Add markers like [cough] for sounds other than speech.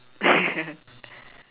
[laughs]